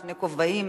שני כובעים,